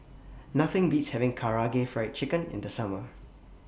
Nothing Beats having Karaage Fried Chicken in The Summer